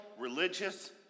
religious